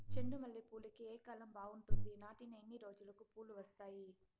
చెండు మల్లె పూలుకి ఏ కాలం బావుంటుంది? నాటిన ఎన్ని రోజులకు పూలు వస్తాయి?